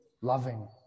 loving